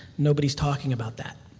nobody's talking about that.